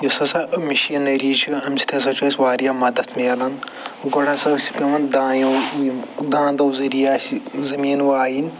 یُس ہَسا مِشیٖنٔری چھِ اَمہِ سۭتۍ ہَسا چھُ اَسہِ وارِیاہ مدتھ مِلان گۄڈٕ ہَسا ٲسۍ پٮ۪وان دایو یِم دانٛدو ذریعہ اَسہِ یہِ زٔمیٖن وایِنۍ